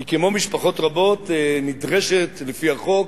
היא, כמו משפחות רבות, נדרשת לפי החוק,